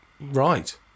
Right